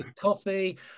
coffee